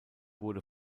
wurde